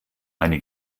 eine